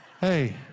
Hey